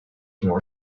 more